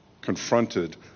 confronted